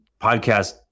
podcast